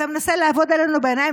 אתה מנסה לעבוד עלינו בעיניים,